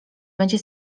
będzie